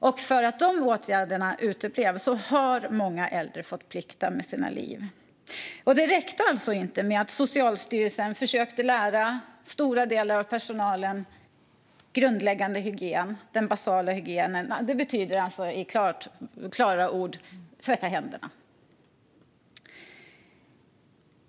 På grund av att de åtgärderna uteblev har många äldre fått plikta med sina liv. Det räckte alltså inte med att Socialstyrelsen försökte lära stora delar av personalen grundläggande, basal hygien. I klara ordalag betyder det att tvätta händerna.